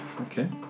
Okay